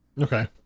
okay